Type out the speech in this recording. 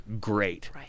great